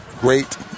great